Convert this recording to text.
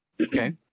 Okay